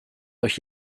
euch